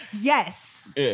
yes